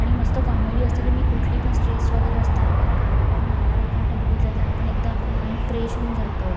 आणि मस्त कॉमेडी असलेली मी कुठली पण स्ट्रेस वगैरे असता आपल्याला कामावरनं आल्यावर आपण त्या बघितलं तर आपण एकदा आपलं माइंड प्रेश होऊन जातं